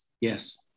Yes